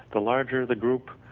the larger the group,